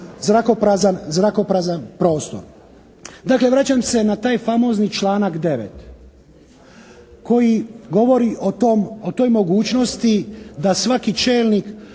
zrakoprazan prostor. Dakle, vraćam se na taj famozni članak 9. koji govori o toj mogućnosti da svaki čelnik